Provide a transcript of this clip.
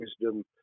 wisdom